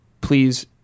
please